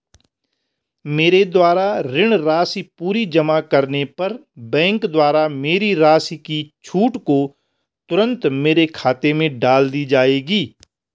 मेरे द्वारा ऋण राशि पूरी जमा करने पर बैंक द्वारा मेरी राशि की छूट को तुरन्त मेरे खाते में डाल दी जायेगी?